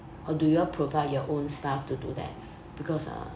or do you all provide your own staff to do that because uh